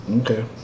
okay